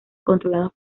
controlados